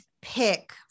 pick